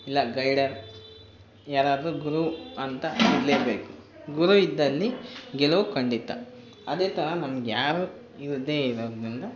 ಇಲ್ಲ ಗೈಡರ್ ಯಾರಾದರೂ ಗುರು ಅಂತ ಇರಲೇಬೇಕು ಗುರು ಇದ್ದಲ್ಲಿ ಗೆಲುವು ಖಂಡಿತ ಅದೇ ಥರ ನಮ್ಗೆ ಯಾರು ಇಲ್ಲದೇ ಇರೋದರಿಂದ